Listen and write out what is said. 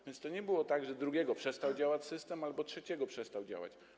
A więc to nie było tak, że drugiego przestał działać system albo trzeciego przestał on działać.